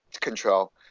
control